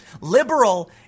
liberal